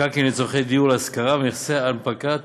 מקרקעין לצורכי דיור להשכרה ונכסי ההנפקה ותמורה,